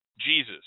Jesus